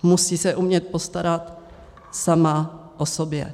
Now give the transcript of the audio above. Musí se umět postarat sama o sebe.